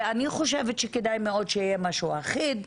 ואני חושבת שכדאי מאוד שיהיה משהו אחיד,